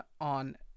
on